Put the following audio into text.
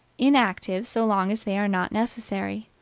inactive, so long as they are not necessary,